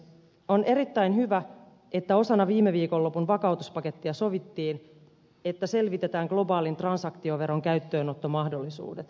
on erittäin hyvä että osana viime viikonlopun vakautuspakettia sovittiin että selvitetään globaalin transaktioveron käyttöönottomahdollisuudet